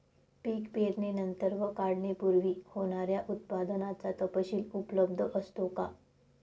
पीक पेरणीनंतर व काढणीपूर्वी होणाऱ्या उत्पादनाचा तपशील उपलब्ध असतो का?